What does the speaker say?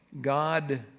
God